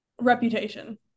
Reputation